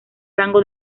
rango